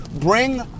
bring